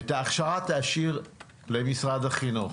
ואת ההכשרה תשאיר למשרד החינוך